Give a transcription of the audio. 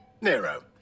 Nero